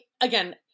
again